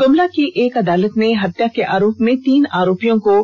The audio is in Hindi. गुमला की एक अदालत ने हत्या के आरोप में तीन आरोपियों को